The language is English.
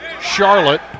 Charlotte